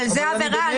אבל זו עבירה.